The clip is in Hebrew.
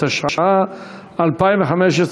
התשע"ה 2015,